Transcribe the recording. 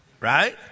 right